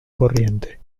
corriente